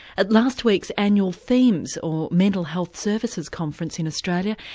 at last week's annual themhs or mental health services conference in australia,